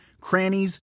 crannies